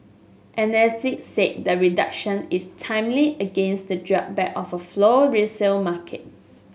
analyst said the reduction is timely against the drawback of a slow resale market